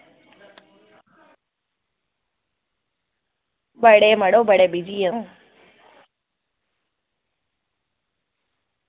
बड़े मड़ो बड़े बिज़ी ओ